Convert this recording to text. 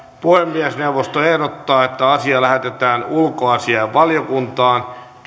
puhemiesneuvosto ehdottaa että asia lähetetään ulkoasiainvaliokuntaan